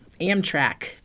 Amtrak